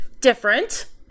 different